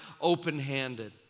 open-handed